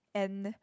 and